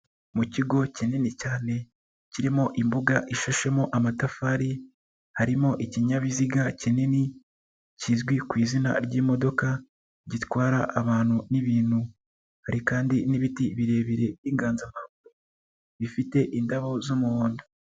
Mu kigo kinini cyane kirimo imbuga ishashemo amatafari, harimo ikinyabiziga kinini kizwi ku izina ry'imodoka gitwara abantu n'ibintu, hari kandi n'ibiti birebire by'inganzamarumbo bifite indabo z'umuhondo.